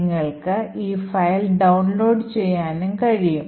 നിങ്ങൾക്ക് ഈ file download ചെയ്യാനും കഴിയും